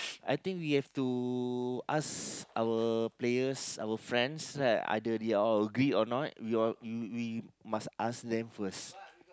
I think we have to ask our players our friends right either they all agree or not we all we we must ask them first